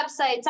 websites